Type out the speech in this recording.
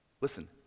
listen